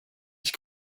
ich